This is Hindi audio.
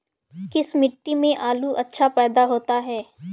किस मिट्टी में आलू अच्छा पैदा होता है?